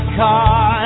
car